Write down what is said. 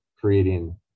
creating